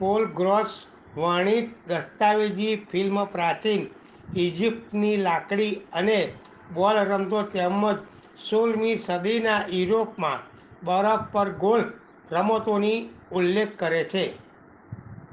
pole Gross વર્ણિત દસ્તાવેજી film પ્રાચીન ઇજિપ્તની લાકડી અને બોલ રમતો તેમજ સોળમી સદીના યુરોપમાં બરફ પર ગોલ્ફ રમતોની ઉલ્લેખ કરે છે